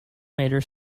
major